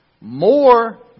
more